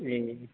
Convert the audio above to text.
ए